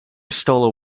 stole